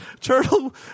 Turtle